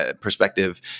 perspective